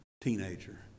teenager